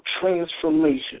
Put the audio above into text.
transformation